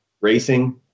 racing